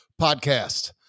podcast